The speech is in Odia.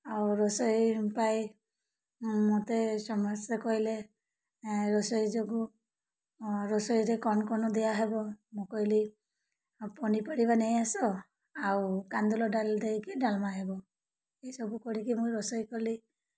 ଆଉ ରୋଷେଇ ପା ମୋତେ ସମସ୍ତେ କହିଲେ ରୋଷେଇ ଯୋଗୁଁ ରୋଷେଇରେ କ'ଣ କ'ଣ ଦିଆହବ ମୁଁ କହିଲି ପନିପରିବା ନେଇ ଆସ ଆଉ କାନ୍ଦୁଲ ଡାଲି ଦେଇକି ଡାଲମା ହବ ଏସବୁ କରିକି ମୁଁ ରୋଷେଇ କଲି